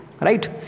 Right